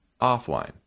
offline